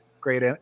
Great